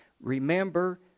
Remember